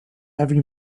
every